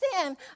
sin